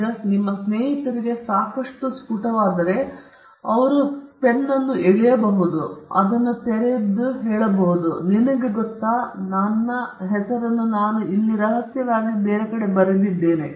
ಈಗ ನಿಮ್ಮ ಸ್ನೇಹಿತರಿಗೆ ಸಾಕಷ್ಟು ಸ್ಫುಟವಾದರೆ ಅವರು ಕೇವಲ ಪೆನ್ ಅನ್ನು ಎಳೆಯಬಹುದು ಅದನ್ನು ತೆರೆಯಿರಿ ಮತ್ತು ನಿಮಗೆ ಗೊತ್ತಾ ನನ್ನ ಹೆಸರನ್ನು ನಾನು ಬೇರೆ ಕಡೆಗೆ ಬರೆದಿದ್ದೇನೆ